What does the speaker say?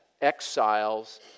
exiles